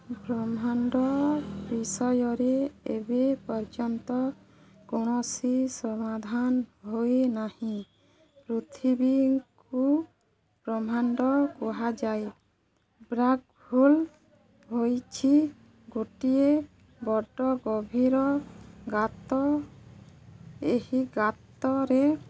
ବ୍ରହ୍ମାଣ୍ଡ ବିଷୟରେ ଏବେ ପର୍ଯ୍ୟନ୍ତ କୌଣସି ସମାଧାନ ହୋଇନାହିଁ ପୃଥିବୀକୁ ବ୍ରହ୍ମାଣ୍ଡ କୁହାଯାଏ ବ୍ଲାକ୍ ହୋଲ୍ ହୋଇଛି ଗୋଟିଏ ବଡ଼ ଗଭୀର ଗାତ ଏହି ଗାତରେ